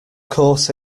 course